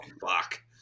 fuck